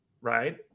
right